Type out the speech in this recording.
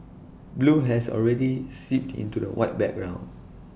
blue has already seeped into the white background